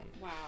Wow